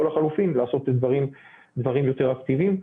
או לחלופין לעשות דברים יותר אקטיביים.